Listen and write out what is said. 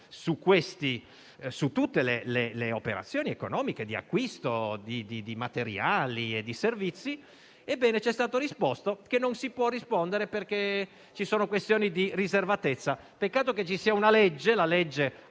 su tutte le operazioni economiche di acquisto di materiali e di servizi. Ebbene, ci è stato risposto che non si può rispondere per questioni di riservatezza. Peccato che ci sia una legge, la legge